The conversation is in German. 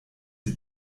die